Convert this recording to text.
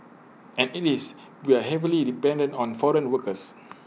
as IT is we are heavily dependent on foreign workers